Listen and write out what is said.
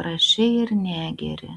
prašei ir negeri